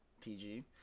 pg